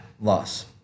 loss